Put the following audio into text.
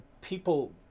people